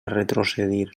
retrocedir